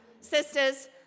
sisters